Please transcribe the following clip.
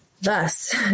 Thus